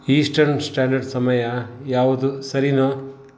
eastern standard ಸಮಯ ಯಾವುದು ಸರಿನೋ